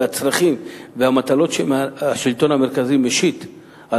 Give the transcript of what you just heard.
והצרכים והמטלות שהשלטון המרכזי משית על